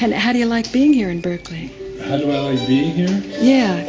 and how do you like being here in berkeley yeah yeah